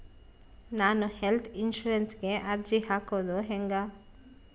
ನಾನು ಹೆಲ್ತ್ ಇನ್ಸುರೆನ್ಸಿಗೆ ಅರ್ಜಿ ಹಾಕದು ಹೆಂಗ?